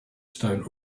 stone